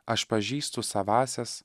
aš pažįstu savąsias